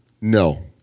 No